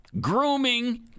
grooming